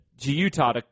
Utah